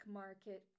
market